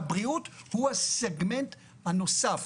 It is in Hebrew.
כשהבריאות הוא הסגמנט הנוסף.